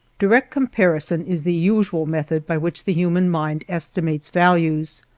direct comparison is the usual method by which the human mind estimates values.